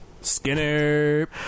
Skinner